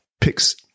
picks